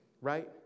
Right